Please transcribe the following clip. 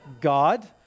God